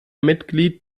mitglied